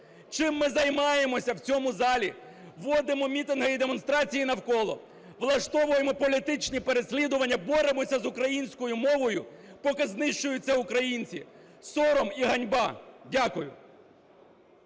Чим ми займаємося в цьому залі? Водимо мітинги і демонстрації навколо, влаштовуємо політичні переслідування, боремося з українською мовою, поки знищуються українці. Сором і ганьба! Дякую.